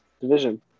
Division